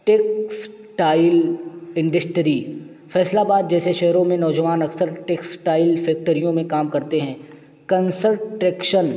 textile industry Faisalabad جیسے شہروں میں نوجوان اکثر ٹیکسٹائل فیکٹریوں میں کام کرتے ہیں کنسلٹکشن